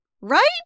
Right